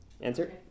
Answer